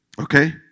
okay